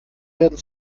werden